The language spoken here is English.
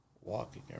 walking